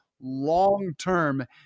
long-term